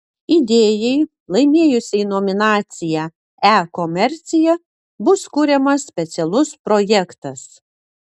idėjai laimėjusiai nominaciją e komercija bus kuriamas specialus projektas